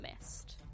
mist